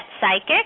psychic